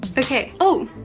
okay. ooh,